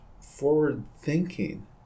forward-thinking